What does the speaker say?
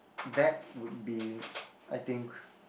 that would be I think